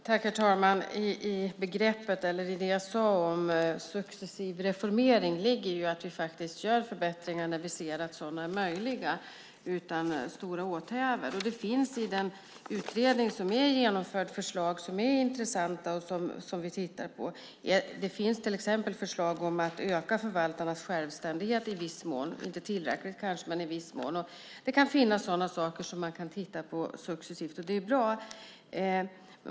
Herr talman! I det jag sade om successiv reformering ligger att vi faktiskt gör förbättringar när vi ser att sådana är möjliga utan stora åthävor. Och i den utredning som är genomförd finns det förslag som är intressanta, som vi tittar på. Det finns till exempel förslag om att i viss mån öka förvaltarnas självständighet. Det är kanske inte tillräckligt, men det är i viss mån. Det kan finnas sådana saker som man successivt kan titta på, och det är bra.